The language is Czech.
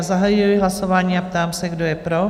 Zahajuji hlasování a táži se, kdo je pro?